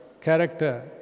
character